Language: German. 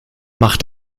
mach